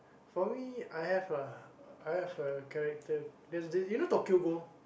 for me I have uh I have a character there's this you know Tokyo-ghoul